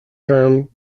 term